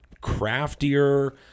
craftier